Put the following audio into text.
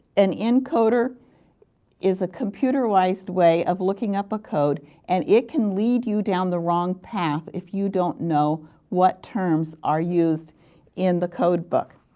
an encoder is a computerized way of looking up a code and it can lead you down the wrong path if you don't know what terms are used in the code book.